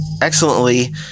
excellently